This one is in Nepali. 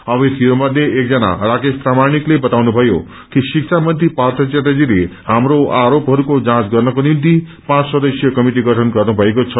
अम्यार्थीहरूमध्ये एकजना राकेश प्रमाणिकले बताउनुमयो कि शिक्षा मन्त्री पार्य च्याटर्जीले हाम्रो आरोहयको जाँच गर्नको निभ्ति पाँच सदस्यीय कमिटि गठन गर्नु थएको छ